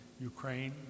Ukraine